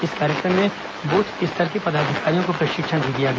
इस कार्यक्रम में ब्रथ स्तर के पदाधिकारियों को प्रशिक्षण भी दिया गया